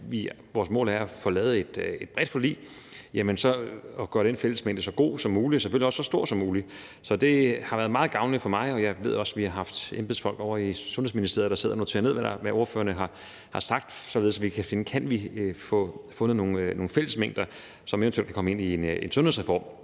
vores mål er at få lavet et bredt forlig – at gøre de fællesmængder så gode som muligt og selvfølgelig også så store som muligt. Så det har været meget gavnligt for mig, og jeg ved også, at vi har haft embedsfolk ovre i Sundhedsministeriet, der har siddet og noteret ned, hvad ordførerne har sagt, således at vi kan finde ud af, om vi kan få fundet nogle fællesmængder, som eventuelt kan komme med i en sundhedsreform.